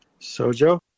Sojo